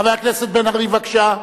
חבר הכנסת בן-ארי, בבקשה.